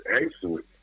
excellent